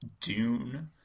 Dune